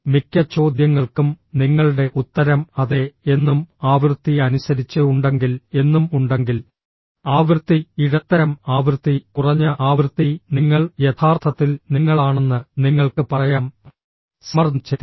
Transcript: മിക്ക ചോദ്യങ്ങൾക്കും നിങ്ങളുടെ ഉത്തരം അതെ എന്നും ആവൃത്തി അനുസരിച്ച് ഉണ്ടെങ്കിൽ എന്നും ഉണ്ടെങ്കിൽ ആവൃത്തി ഇടത്തരം ആവൃത്തി കുറഞ്ഞ ആവൃത്തി നിങ്ങൾ യഥാർത്ഥത്തിൽ നിങ്ങളാണെന്ന് നിങ്ങൾക്ക് പറയാം സമ്മർദ്ദം ചെലുത്തി